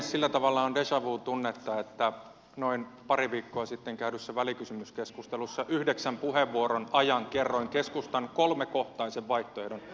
sillä tavalla on deja vu tunnetta että noin pari viikkoa sitten käydyssä välikysymyskeskustelussa yhdeksän puheenvuoron ajan kerroin keskustan kolmekohtaisen vaihtoehdon